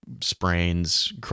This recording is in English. sprains